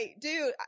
dude